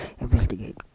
investigate